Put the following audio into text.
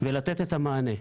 ולתת את המענה.